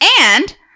and-